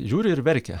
žiūri ir verkia